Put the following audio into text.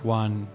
one